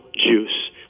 juice